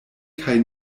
kaj